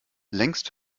längst